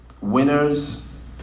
Winners